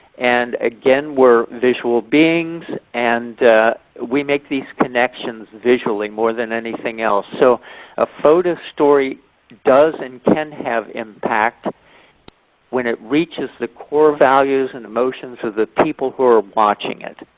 and again, we're visual beings, and we make these connections visually more than anything else. so a photo story does and can have impact when it reaches the core values and the emotions of the people who are watching it.